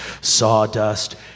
Sawdust